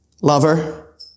lover